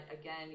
again